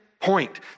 point